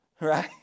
Right